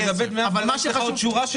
אבל לגבי דמי אבטלה יש לך עוד שורה של